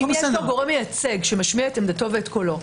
אם יש גורם מייצג, שמשמיע את עמדתו ואת קולו,